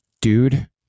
dude